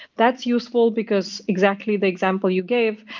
that's useful because, exactly the example you gave,